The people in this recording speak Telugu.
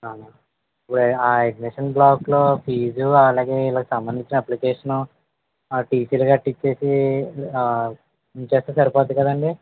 అవునా ఆ అడ్మిషన్ బ్లాక్లో ఫీజు అలాగే వీళ్ళకి సంబంధించిన అప్లికేషను టీసీలు గట్రా ఇచ్చేసి ఉంచేస్తే సరిపోతుంది కదండి